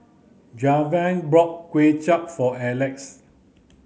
Javier brought Kway Chap for Elex